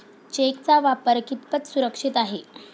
चेकचा वापर कितपत सुरक्षित आहे?